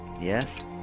Yes